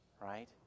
right